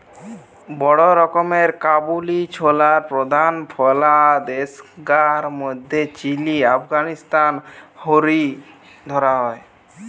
বড় রকমের কাবুলি ছোলার প্রধান ফলা দেশগার মধ্যে চিলি, আফগানিস্তান হারি ধরা হয়